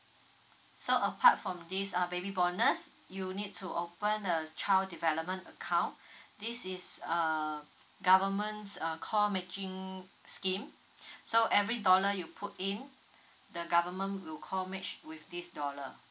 so apart from this uh baby bonus you need to open a child development account this is a government uh co matching scheme so every dollar you put in the government will co match with this dollar